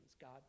God